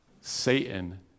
Satan